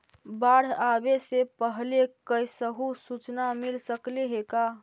बाढ़ आवे से पहले कैसहु सुचना मिल सकले हे का?